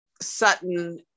Sutton